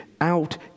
out